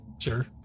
Sure